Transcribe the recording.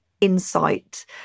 insight